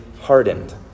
hardened